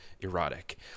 erotic